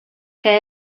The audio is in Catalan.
que